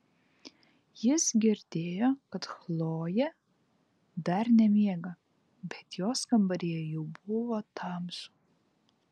jis girdėjo kad chlojė dar nemiega bet jos kambaryje jau buvo tamsu